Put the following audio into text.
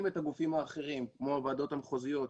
את הגופים האחרים כמו הוועדות המחוזיות,